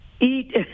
eat